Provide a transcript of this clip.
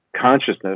consciousness